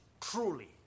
truly